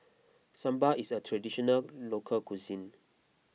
Sambar is a Traditional Local Cuisine